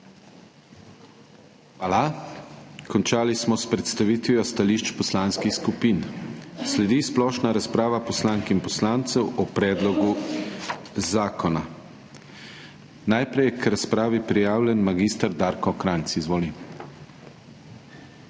Hvala. Končali smo s predstavitvijo stališč poslanskih skupin. Sledi splošna razprava poslank in poslancev o predlogu zakona. Najprej je k razpravi prijavljen mag. Darko Krajnc. Izvoli.